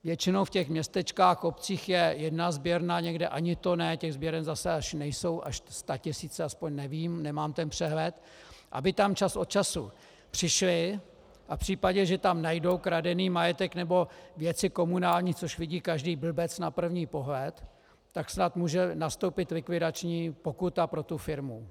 Většinou v městečkách, obcích je jedna sběrna, někde ani to ne, sběren zase nejsou až statisíce, aspoň nevím, nemám ten přehled, aby tam čas od času přišli a v případě, že tam najdou kradený majetek nebo věci komunální, což vidí každý blbec na první pohled, tak snad může nastoupit likvidační pokuta pro tu firmu.